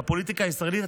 בפוליטיקה הישראלית,